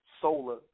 solar